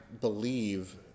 believe